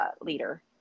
leader